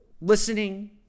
listening